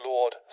Lord